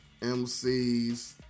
MCs